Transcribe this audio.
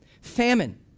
famine